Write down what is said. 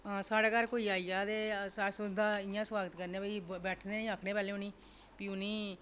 साढ़े घर कोई आई जा ते अस उं'दा इ'यां सोआगत करने भई कोई बैठने गी आखने पैह्लें उ'नें ई